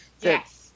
Yes